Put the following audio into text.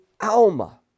Alma